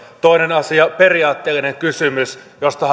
toinen asia periaatteellinen kysymys josta